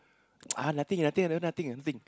ah nothing nothing ah that one nothing ah nothing